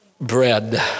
bread